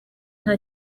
nta